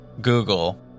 Google